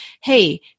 Hey